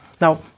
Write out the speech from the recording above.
Now